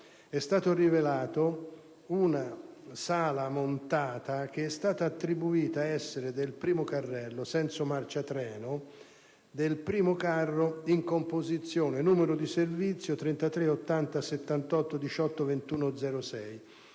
È stata rilevata una sala montata che è stata attribuita essere del primo carrello senso marcia treno del primo carro in composizione (numero di servizio 338078182106),